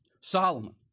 Solomon